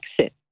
exit